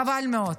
חבל מאוד.